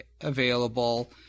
available